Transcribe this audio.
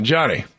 Johnny